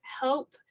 help